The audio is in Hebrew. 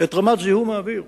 את רמת זיהום האוויר.